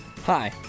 Hi